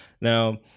Now